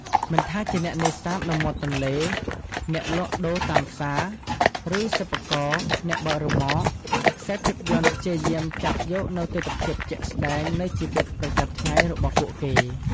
មិនថាជាអ្នកនេសាទនៅមាត់ទន្លេ អ្នកលក់ដូរតាមផ្សារ ឬសិប្បករ អ្នកបើករ៉ឺម៉ក ខ្សែភាពយន្តព្យាយាមចាប់យកនូវទិដ្ឋភាពជាក់ស្ដែងនៃជីវិតប្រចាំថ្ងៃរបស់ពួកគេ ។